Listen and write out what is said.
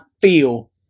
feel